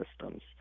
systems